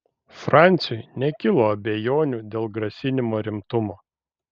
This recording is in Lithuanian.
franciui nekilo abejonių dėl grasinimo rimtumo